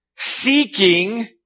seeking